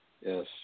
yes